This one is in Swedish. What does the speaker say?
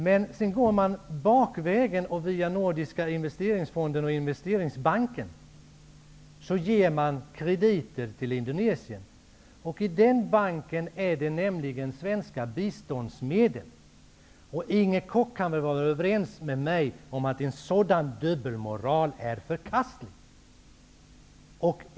Men sedan går man bakvägen och ger via Nordiska Investeringsfonden och Investeringsbanken krediter till Indonesien. I den banken är det nämligen svenska biståndsmedel. Inger Koch kan väl vara överens med mig om att en sådan dubbelmoral är förkastlig.